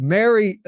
Mary